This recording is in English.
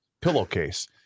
pillowcase